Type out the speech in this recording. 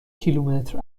کیلومتر